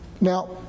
Now